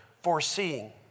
foreseeing